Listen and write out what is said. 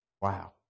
Wow